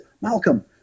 Malcolm